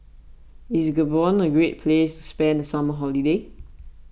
is Gabon a great place to spend the summer holiday